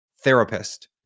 therapist